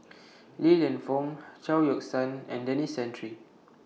Li Lienfung Chao Yoke San and Denis Santry